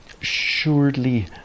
surely